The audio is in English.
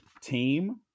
team